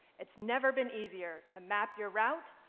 it's never been easier to map your route,